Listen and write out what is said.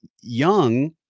young